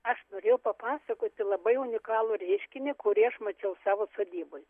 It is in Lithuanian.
aš norėjau papasakoti labai unikalų reiškinį kurį aš mačiau savo sodyboj